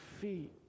feet